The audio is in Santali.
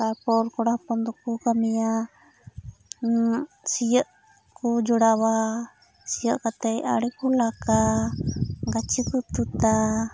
ᱛᱟᱨᱯᱚᱨ ᱠᱚᱲᱟ ᱦᱚᱯᱚᱱ ᱫᱚᱠᱚ ᱠᱟᱹᱢᱤᱭᱟ ᱥᱤᱭᱟᱹᱜ ᱠᱚ ᱡᱚᱲᱟᱣᱟ ᱥᱤᱭᱟᱹᱜ ᱠᱟᱛᱮ ᱟᱬᱮ ᱠᱚ ᱞᱟᱜᱟ ᱜᱟᱹᱪᱷᱤ ᱠᱚ ᱛᱩᱫᱟ